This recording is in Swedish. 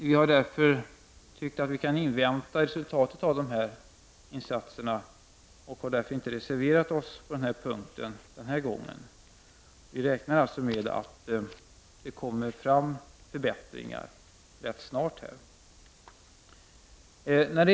Vi har tyckt att vi kan invänta resultatet av de insatserna, och vi har därför inte reserverat oss på den punkten den här gången. Vi räknar alltså med att det kommer fram förbättringar rätt snart.